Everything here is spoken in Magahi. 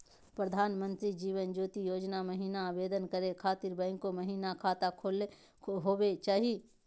प्रधानमंत्री जीवन ज्योति योजना महिना आवेदन करै खातिर बैंको महिना खाता होवे चाही?